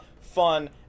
fun